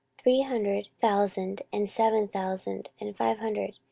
three hundred thousand and seven thousand and five hundred,